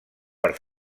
per